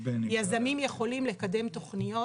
יזמים יכולים לקדם תכניות.